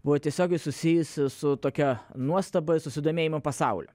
buvo tiesiogiai susijusi su tokia nuostaba susidomėjimu pasauliu